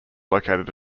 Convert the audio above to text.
located